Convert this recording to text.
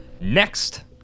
Next